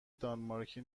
دانمارکی